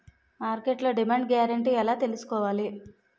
మార్కెట్లో demand guarantee ఎలా తెల్సుకోవాలి?